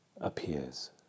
appears